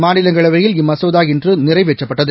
மா ந ி லங்களவையில் இம்ம சோதா இன்று நிறை வேற்ற ப்பட்டது